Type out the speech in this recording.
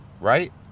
right